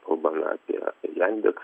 kalbame apie jandex